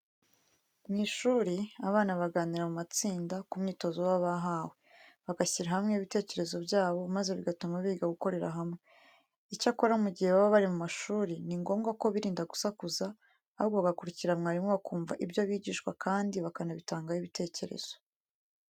Mu ishuri, abana baganira mu matsinda ku myitozo baba bahawe, bagashyira hamwe ibitekerezo byabo maze bigatuma biga gukorera hamwe. Icyakora, mu gihe baba bari mu ishuri ni ngombwa ko birinda gusakuza, ahubwo bagakurikira mwarimu, bakumva ibyo bigishwa kandi bakanabitangaho ibitekerezo.